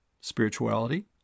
spirituality